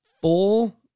full